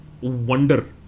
wonder